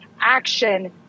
action